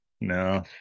No